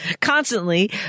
constantly